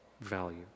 value